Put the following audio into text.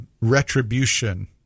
retribution